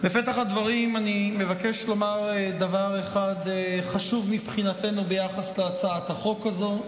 בפתח הדברים אני מבקש לומר דבר אחד חשוב מבחינתנו ביחס להצעת החוק הזו.